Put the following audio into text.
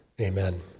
Amen